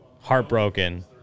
Heartbroken